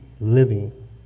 living